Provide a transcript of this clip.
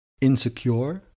insecure